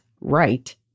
right